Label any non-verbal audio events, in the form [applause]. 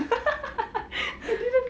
[laughs] I didn't